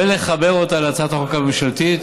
ולחבר אותה להצעת החוק הממשלתית.